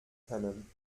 können